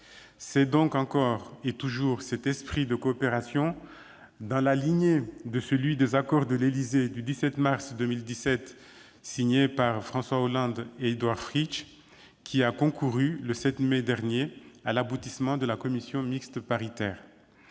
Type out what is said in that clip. C'est donc, encore et toujours, cet esprit de coopération, dans la lignée de celui des accords de l'Élysée du 17 mars 2017, signés par François Hollande et Édouard Fritch, qui a concouru, le 7 mai dernier, à l'aboutissement de la commission mixte paritaire.